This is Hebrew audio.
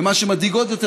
ומה שמדאיג עוד יותר,